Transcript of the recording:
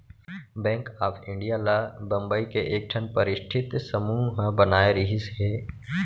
bank of India ल बंबई के एकठन परस्ठित समूह ह बनाए रिहिस हे